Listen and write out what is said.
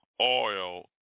oil